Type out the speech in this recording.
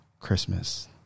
Christmas